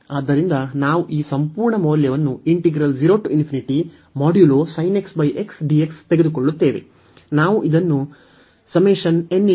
ಆದ್ದರಿಂದ ನಾವು ಈ ಸಂಪೂರ್ಣ ಮೌಲ್ಯವನ್ನು ತೆಗೆದುಕೊಳ್ಳುತ್ತೇವೆ